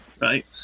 right